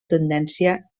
tendència